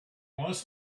wants